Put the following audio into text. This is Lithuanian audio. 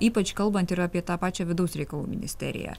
ypač kalbant ir apie tą pačią vidaus reikalų ministeriją